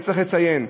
וצריך לציין,